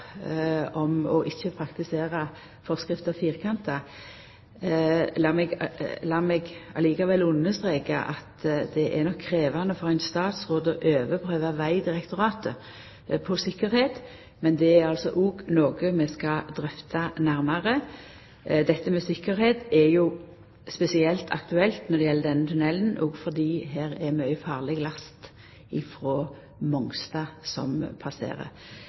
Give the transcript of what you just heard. om ikkje å praktisera forskrifter firkanta. Lat meg likevel streka under at det er nok krevjande for ein statsråd å overprøva Vegdirektoratet på tryggleik, men det er òg noko vi skal drøfta nærmare. Dette med tryggleik er jo spesielt aktuelt når det gjeld denne tunnelen, òg fordi det her er mykje farleg last frå Mongstad som passerer.